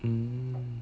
mm